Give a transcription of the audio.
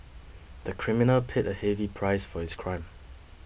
the criminal paid a heavy price for his crime